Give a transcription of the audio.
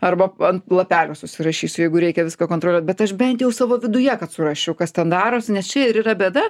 arba ant lapelio susirašysiu jeigu reikia viską kontroliuot bet aš bent jau savo viduje kad surasčiau kas ten darosi nes čia ir yra bėda